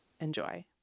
Enjoy